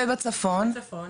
ובצפון?